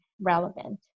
relevant